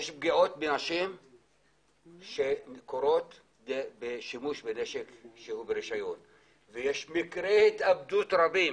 יש פגיעות בנשים שקורות משימוש בנשק שהוא ברישיון ויש מקרי התאבדות רבים